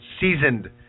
seasoned